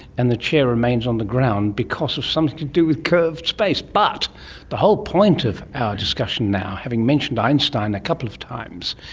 and the chair remains on the ground because of something to do with curved space. but the whole point of our discussion now, having mentioned einstein a couple of times,